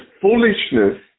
foolishness